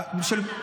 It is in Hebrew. של הממשלה.